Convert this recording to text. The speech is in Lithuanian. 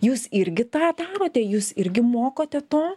jūs irgi tą darote jūs irgi mokote to